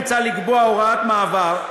מוצע לקבוע הוראת מעבר,